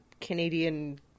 Canadian